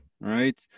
right